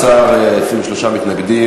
11, 23 מתנגדים.